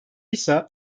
ise